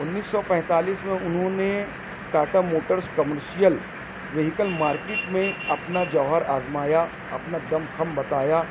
انیس سو پینتالیس میں انہوں نے Tata Motors commercial vehicle market میں اپنا جوہر آزمایا اپنا دم خم بتایا